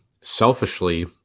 Selfishly